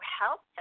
help